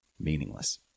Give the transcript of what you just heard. meaningless